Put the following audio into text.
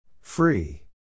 Free